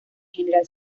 general